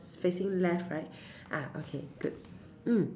facing left right ah okay good mm